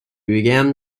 began